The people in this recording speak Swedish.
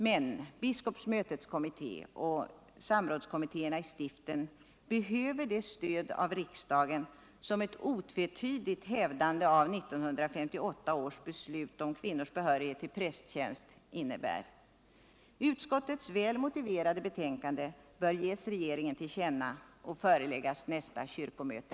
Men biskopsmötets kommitté och samrådskommittéerna i stiften behöver det stöd av riksdagen som ett otvetydigt hävdande av 1958 års beslut om kvinnors behörighet till prästtjänst innebär. Utskottets väl motiverade betänkande bör ges regeringen till känna och föreläggas nästa kyrkomöte.